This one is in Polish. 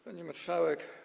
Pani Marszałek!